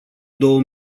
două